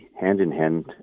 hand-in-hand